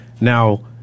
Now